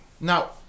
Now